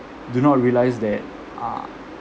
do not realize that uh